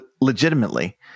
legitimately